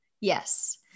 Yes